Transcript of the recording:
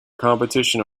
competition